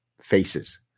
faces